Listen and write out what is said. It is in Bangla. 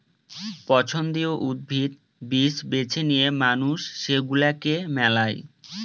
পছন্দীয় উদ্ভিদ, বীজ বেছে নিয়ে মানুষ সেগুলাকে মেলায়